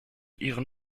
ihren